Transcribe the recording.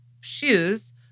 shoes